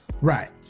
right